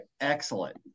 Excellent